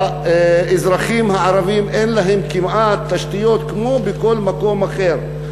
האזרחים הערבים אין להם כמעט תשתיות כמו בכל מקום אחר,